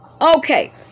Okay